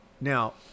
Now